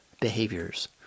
behaviors